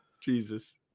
Jesus